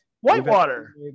Whitewater